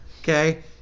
Okay